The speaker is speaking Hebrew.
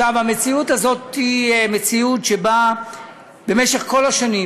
עכשיו, המציאות הזו היא מציאות שבה במשך כל השנים